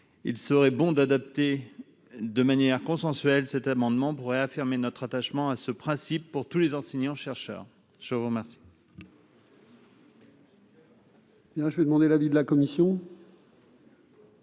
il serait bon d'adopter de manière consensuelle cet amendement pour réaffirmer notre attachement à ce principe pour tous les enseignants-chercheurs. Quel